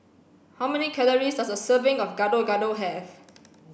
how many calories does a serving of Gado gado have